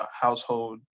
household